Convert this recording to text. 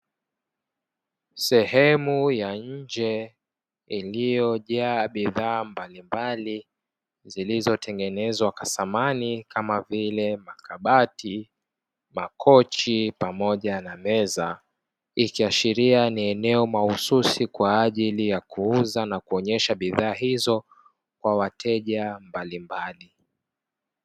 Sehemu ya nje iliyojaa bidhaa mbali mbali zilizotengenezwa kwa samani kama vile makabati, makochi, pamoja na meza ikiashiria ni eneo mahususi kwa ajili ya kuuza na kuonesha bidhaa hizo kwa wateja mbalimbali.